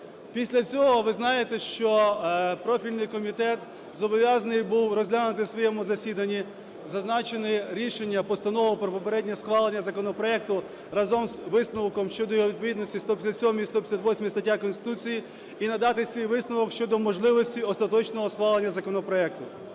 Після цього, ви знаєте, що профільний комітет зобов'язаний був розглянути на своєму засіданні зазначене рішення, постанову про попереднє схвалення законопроекту разом з висновком щодо його відповідності 157-й, 158-й статтям Конституції і надати свій висновок щодо можливості остаточного схвалення законопроекту.